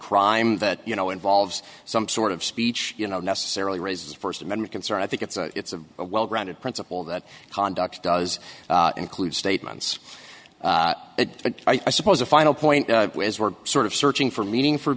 crime that you know involves some sort of speech you know necessarily raises first amendment concern i think it's a it's a well grounded principle that conduct does include statements but i suppose a final point is we're sort of searching for meaning for